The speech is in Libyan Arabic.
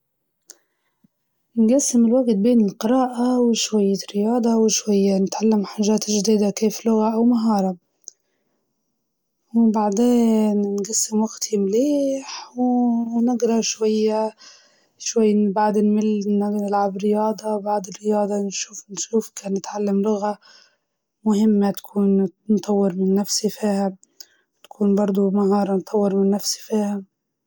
أكيد نستغلها ونطور نفسي، ممكن نقرأكتاب، أو نتعلم حاجة جديدة، زي لغة، ومهارة، ومرات نقضيها على التليفون، و السوشيال ميديا، ونضيع تلات ساعات.